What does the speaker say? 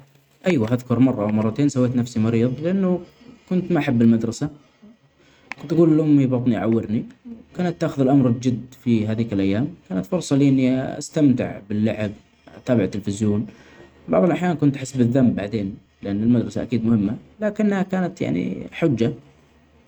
أيوة أذكر مره أو مرتين سويت نفسي مريض لأنه كنت ما أحب المدرسة ، كنت أجول لأمي بطني عورني وكانت تاخذ الأمر بجد في هديك الأيام ،كانت فرصة لي إني أستمتع باللعب أتابع التليفزيون ،بعض الأحيان كنت أحس بالذنب بعدين ، لأن المدرسة أكيد مهمة لكن كانت يعني حجة.